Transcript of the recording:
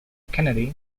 kennedy